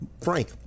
Frank